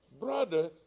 brother